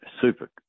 super